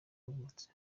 yavutse